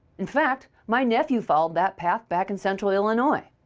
in fact, my nephew followed that path back in central illinois.